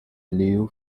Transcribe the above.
leo